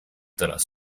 tras